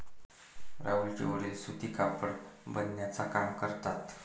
राहुलचे वडील सूती कापड बिनण्याचा काम करतात